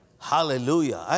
Hallelujah